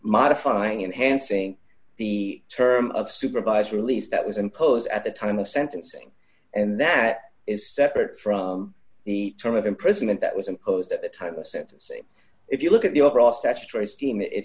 modifying enhancing the term of supervised release that was imposed at the time of sentencing and that is separate from the term of imprisonment that was imposed at the time of sentencing if you look at the overall statutory scheme it